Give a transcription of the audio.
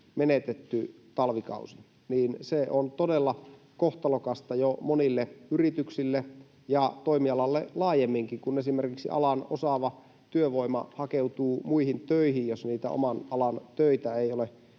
menetetty talvikausi, niin se on todella kohtalokasta jo monille yrityksille ja toimialalle laajemminkin, kun esimerkiksi alan osaava työvoima hakeutuu muihin töihin, jos niitä oman alan töitä ei ole